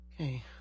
Okay